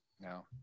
No